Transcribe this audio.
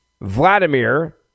Vladimir